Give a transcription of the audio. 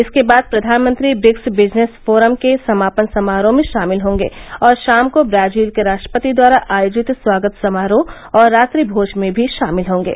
इसके बाद प्रधानमंत्री ब्रिक्स बिजनेस फोरम के समापन समारोह में शामिल होंगे और शाम को ब्राजील के राष्ट्रपति द्वारा आयोजित स्वागत समारोह और रात्रि भोज में भी शामिल होंगे